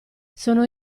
sono